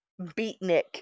beatnik